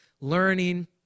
learning